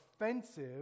offensive